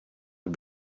had